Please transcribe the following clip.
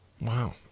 Wow